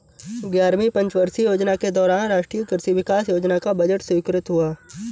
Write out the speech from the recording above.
ग्यारहवीं पंचवर्षीय योजना के दौरान राष्ट्रीय कृषि विकास योजना का बजट स्वीकृत हुआ